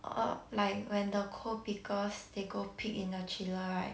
uh like when the cold pickers they go pick in the chiller right